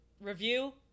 review